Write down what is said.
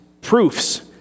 proofs